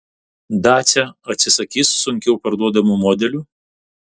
dacia atsisakys sunkiau parduodamų modelių